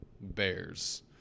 Bears